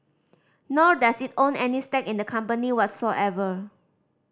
nor does it own any stake in the company whatsoever